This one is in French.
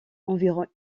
environ